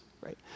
right